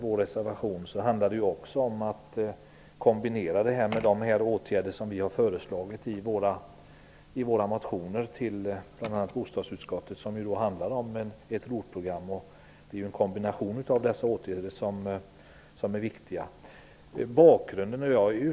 Vår reservation handlar också om att detta skall kombineras med de åtgärder som vi har föreslagit i våra motioner till bl.a. bostadsutskottet. De handlar om ett ROT-program. En kombination av dessa åtgärder är viktig.